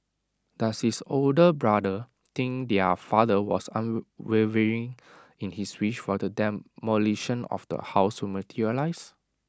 does his older brother think their father was unwavering in his wish for the demolition of the house to materialise